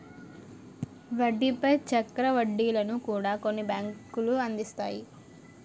వడ్డీల పై చక్ర వడ్డీలను కూడా కొన్ని బ్యాంకులు అందిస్తాయి